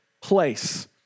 place